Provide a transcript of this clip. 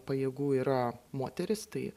pajėgų yra moterys tai